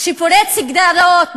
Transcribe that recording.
שפורץ גדרות,